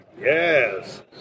yes